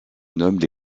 nomment